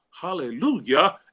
hallelujah